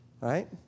Right